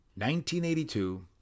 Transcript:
1982